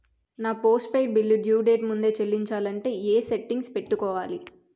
నా postpaid bill due date ముందే చెల్లించాలంటే ఎ సెట్టింగ్స్ పెట్టుకోవాలి?